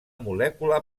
molècula